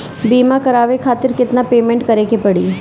बीमा करावे खातिर केतना पेमेंट करे के पड़ी?